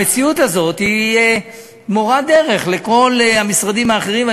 המציאות הזאת היא מורה דרך לכל המשרדים האחרים,